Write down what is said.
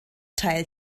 teil